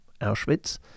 Auschwitz